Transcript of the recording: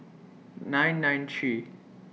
nine nine three